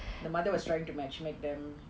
the mother was trying to match make them